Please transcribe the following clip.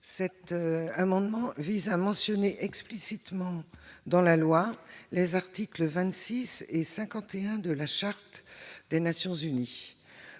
Cet amendement vise à mentionner explicitement dans la loi les articles 26 et 51 de la Charte des Nations unies.